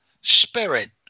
spirit